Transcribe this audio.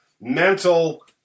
mental